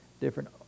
different